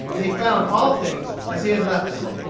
and he found all things as he had left them.